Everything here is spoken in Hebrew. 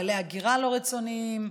גלי הגירה לא רצוניים,